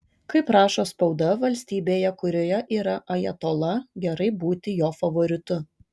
kaip rašo spauda valstybėje kurioje yra ajatola gerai būti jo favoritu